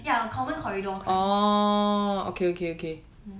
ya common corridor kind